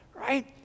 right